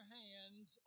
hands